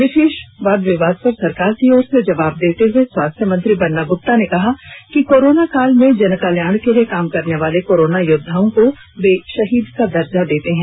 विषेष वाद विवाद पर सरकार की ओर से जवाब देते हुए स्वास्थ्य मंत्री बन्ना गुप्ता ने कहा कि कोरोना काल में जनकल्याण के लिए काम करने वाले कोरोना योद्धाओं को वे शहीद का दर्जा देते है